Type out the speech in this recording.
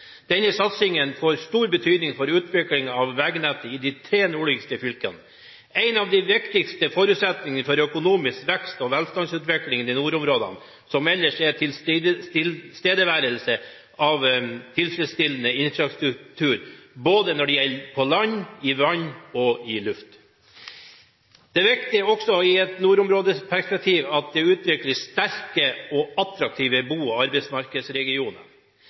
Denne satsingen får stor betydning for utviklingen av veinettet i de tre nordligste fylkene. En av de viktigste forutsetningene for økonomisk vekst og velstandsutvikling i nordområdene er tilstedeværelsen av tilfredsstillende infrastruktur på land, i vann og i luft. Det er viktig også i et nordområdeperspektiv at det utvikles sterke og attraktive bo- og arbeidsmarkedsregioner.